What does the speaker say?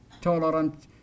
tolerant